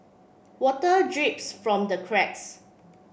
water drips from the cracks